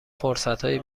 فرصتهای